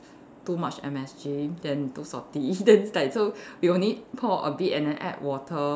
too much M_S_G then too salty then it's like so we only pour a bit and then add water